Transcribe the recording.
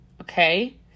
okay